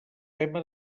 tema